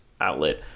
outlet